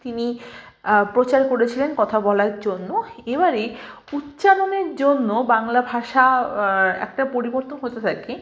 তিনি প্রচার করেছিলেন কথা বলার জন্য এবারে উচ্চারণের জন্য বাংলা ভাষা একটা পরিবর্তন হতে থাকে